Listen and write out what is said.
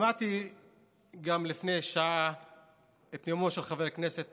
שמעתי לפני שעה גם את נאומו של חבר הכנסת